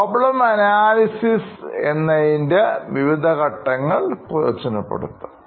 problem analysis എന്നതിൻറെ വിവിധ ഘട്ടങ്ങൾ പ്രയോജനപ്പെടുത്താം